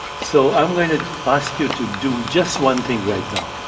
so, i'm going to ask you to do just one thing right now.